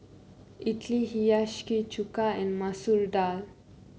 Idili Hiyashi Chuka and Masoor Dal